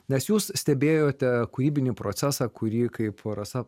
nes jūs stebėjote kūrybinį procesą kurį kaifo rasa